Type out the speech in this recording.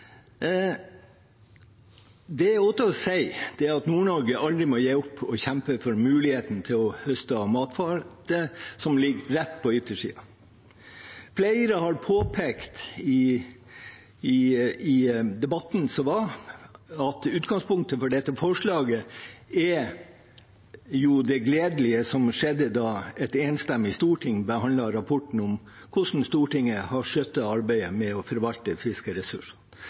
Det Ottar sier, er at Nord-Norge aldri må gi opp å kjempe for muligheten til å høste av matfatet som ligger rett på yttersiden. Flere har påpekt i debatten som var, at utgangspunktet for dette forslaget er det gledelige som skjedde da et enstemmig storting behandlet rapporten om hvordan Stortinget har skjøttet arbeidet med å forvalte fiskeressursene.